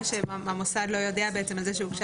שלא תהיה תקלה שהמוסד לא יודע על זה שהוגשה